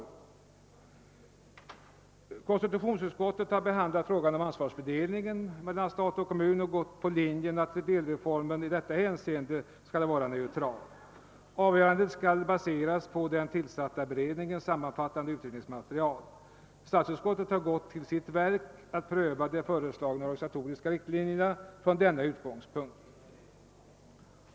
Konstitutionsutskottet har behandlat frågan om ansvarsfördelningen mellan stat och kommun och följt den linjen att en delreform i detta hänseende skall vara neutral. Avgörandet skall baseras på den tillsatta beredningens sammanfattande utredningsmaterial. Statsutskottet har gått till sitt verk att pröva de föreslagna riktlinjerna från denna utgångspunkt.